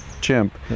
chimp